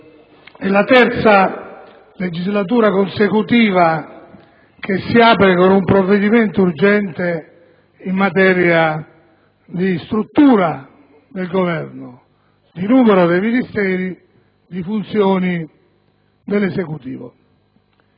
è la terza legislatura consecutiva che si apre con un provvedimento urgente in materia di struttura del Governo, di numero dei Ministeri, di funzioni dell'Esecutivo.